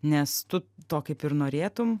nes tu to kaip ir norėtum